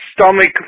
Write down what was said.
stomach